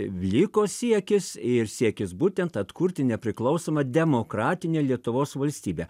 vliko siekis ir siekis būtent atkurti nepriklausomą demokratinę lietuvos valstybę